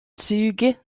züge